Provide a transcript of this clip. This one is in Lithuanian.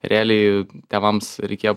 realiai tėvams reikėjo